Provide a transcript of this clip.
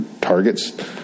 target's